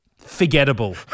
forgettable